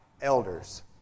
elders